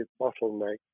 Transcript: bottleneck